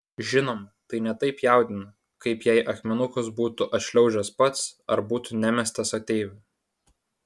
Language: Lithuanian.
žinoma tai ne taip jaudina kaip jei akmenukas būtų atšliaužęs pats ar būtų nemestas ateivių